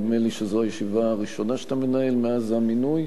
נדמה לי שזו הישיבה הראשונה שאתה מנהל מאז המינוי,